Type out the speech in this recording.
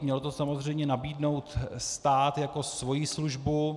Měl to samozřejmě nabídnout stát jako svoji službu.